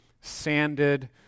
sanded